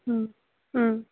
ꯎꯝ ꯎꯝ